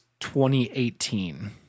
2018